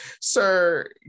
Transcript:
sir